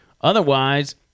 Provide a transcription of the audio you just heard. Otherwise